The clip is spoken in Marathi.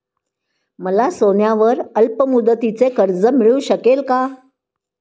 मला सोन्यावर अल्पमुदतीचे कर्ज मिळू शकेल का?